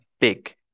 big